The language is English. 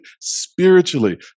spiritually